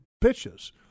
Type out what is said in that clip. pitches